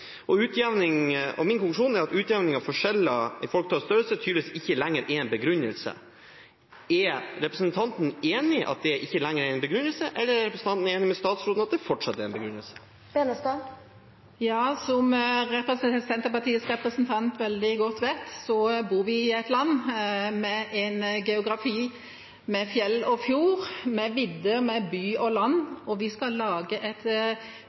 at utjevning av forskjeller i folketall og størrelse tydeligvis ikke lenger er en begrunnelse. Er representanten enig i at det ikke lenger er en begrunnelse, eller er representanten enig med statsråden i at det fortsatt er en begrunnelse? Som Senterpartiets representant veldig godt vet, bor vi i et land som har en geografi med fjell og fjorder, med vidder, med by og land, og vi skal lage et